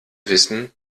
wissen